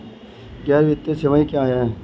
गैर वित्तीय सेवाएं क्या हैं?